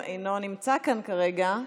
נמצא כאן כרגע,